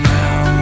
now